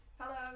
hello